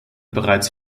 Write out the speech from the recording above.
bereits